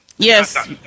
Yes